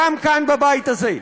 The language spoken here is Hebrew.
גם כאן בבית הזה.